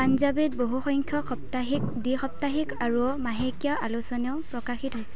পাঞ্জাৱীত বহুসংখ্যক সপ্তাহিক দ্বি সপ্তাহিক আৰু মাহেকীয়া আলোচনীও প্ৰকাশিত হৈছে